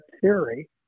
theory